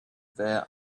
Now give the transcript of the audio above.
their